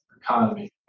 economy